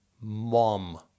Mom